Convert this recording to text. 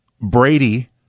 Brady